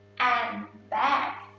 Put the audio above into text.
and back,